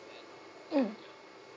mm